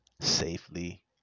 safely